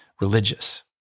religious